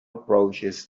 approaches